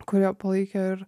kurie palaikė ir